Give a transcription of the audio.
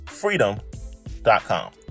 freedom.com